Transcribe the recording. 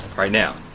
right, now,